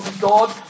God